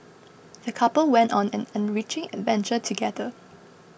the couple went on an enriching adventure together